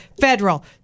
federal